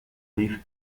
live